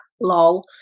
lol